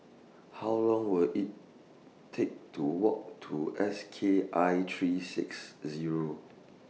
How Long Will IT Take to Walk to S K I three six Zero